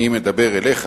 אני מדבר אליך,